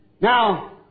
Now